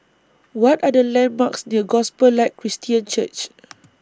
What Are The landmarks near Gospel Light Christian Church